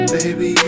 baby